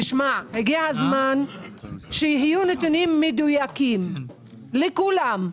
הגיע הזמן שיהיו נתונים מדויקים לכולם,